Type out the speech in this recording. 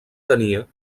tenia